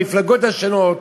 המפלגות השונות,